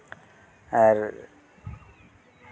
ᱟᱨ